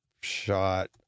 shot